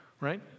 right